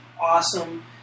Awesome